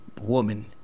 woman